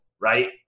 Right